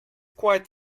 quite